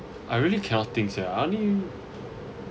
I really cannot think ya I only